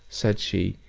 said she,